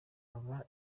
aba